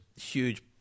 huge